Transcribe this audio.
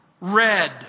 red